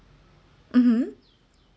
mmhmm